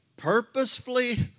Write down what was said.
Purposefully